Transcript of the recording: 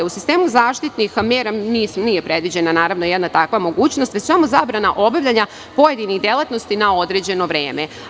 U sistemu zaštitnih mera nije predviđena jedna takva mogućnost već samo zabrana pojedinih delatnosti na određeno vreme.